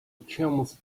camels